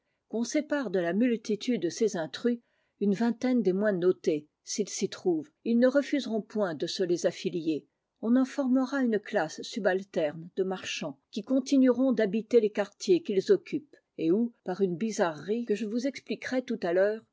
qu'on sépare de la multitude de ces intrus une vingtaine des moins notés s'ils s'y trouvent et ils ne refuseront point de se les affilier on en formera une classe subalterne de marchands qui continueront d'habiter les quartiers qu'ils occupent et où par une bizarrerie que je vous expliquerai tout à l'heure